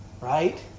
right